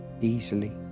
easily